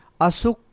Asuk